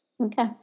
Okay